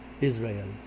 Israel